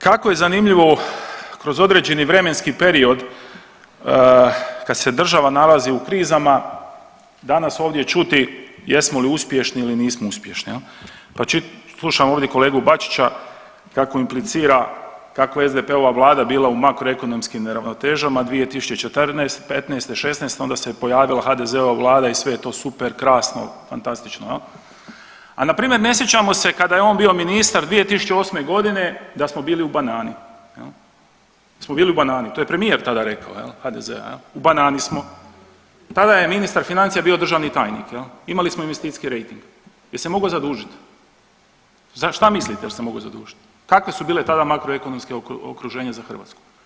Kako je zanimljivo kroz određeni vremenski period kad se država nalazi u krizama danas ovdje čuti jesmo li uspješni ili nismo uspješni jel, pa slušam ovdje kolegu Bačića kako implicira kako je SDP-ova vlada bila u makroekonomskim neravnotežama 2014., '15., '16., onda se je pojavila HDZ-ova vlada i sve je to super, krasno, fantastično jel, a npr. ne sjećamo se kada je on bio ministar 2008.g. da smo bili u banani jel, da smo bili u banani, to je premijer tada rekao jel, HDZ-a jel, u banani smo, tada je ministar financija bio državni tajnik jel, imali smo investicijski rejting, jel se mogao zadužit, šta mislite jel se mogao zadužit, kakve su bile tada makroekonomske okruženje za Hrvatsku?